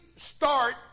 start